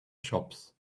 shops